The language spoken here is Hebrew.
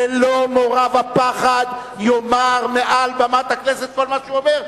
ללא מורא ופחד יאמר מעל במת הכנסת כל מה שהוא אומר,